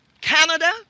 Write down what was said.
canada